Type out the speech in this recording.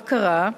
מה קרה?